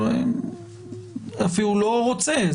אפילו לא רוצה,